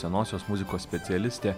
senosios muzikos specialistė